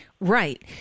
Right